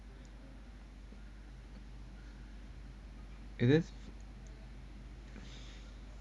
it is